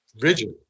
rigid